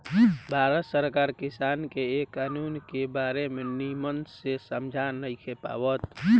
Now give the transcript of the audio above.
भारत सरकार किसान के ए कानून के बारे मे निमन से समझा नइखे पावत